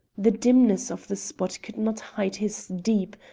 the dimness of the spot could not hide his deep,